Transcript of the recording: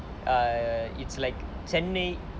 err it's like